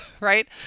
right